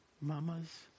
mamas